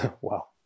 Wow